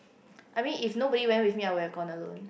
I mean if nobody went with me I will go alone